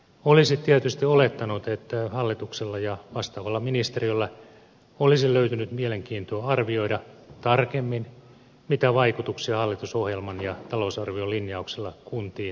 olisi tietysti olettanut että hallituksella ja vastaavalla ministeriöllä olisi löytynyt mielenkiintoa arvioida tarkemmin mitä vaikutuksia hallitusohjelman ja talousarvion linjauksilla kuntiin on